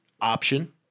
option